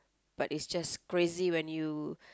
but is just craziest when you